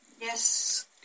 Yes. (